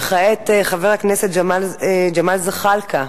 וכעת חבר הכנסת ג'מאל זחאלקה.